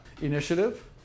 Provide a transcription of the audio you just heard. initiative